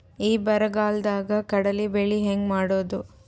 ಈ ಬರಗಾಲದಾಗ ಕಡಲಿ ಬೆಳಿ ಹೆಂಗ ಮಾಡೊದು?